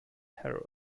herald